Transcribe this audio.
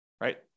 right